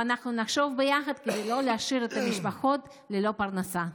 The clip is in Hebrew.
ואנחנו נחשוב ביחד כדי לא להשאיר את המשפחות ללא פרנסה.